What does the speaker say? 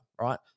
right